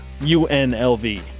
UNLV